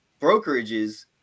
brokerages